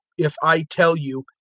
if i tell you,